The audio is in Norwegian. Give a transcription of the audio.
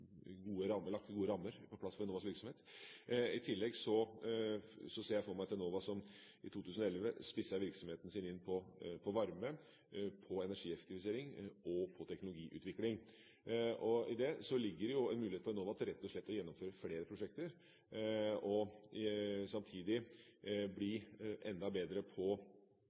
gode rammer for Enovas virksomhet. I tillegg ser jeg for meg et Enova som i 2011 spisser virksomheten sin inn på varme, på energieffektivisering og på teknologiutvikling. I det ligger det en mulighet for Enova til rett og slett å gjennomføre flere prosjekter og samtidig bli enda bedre på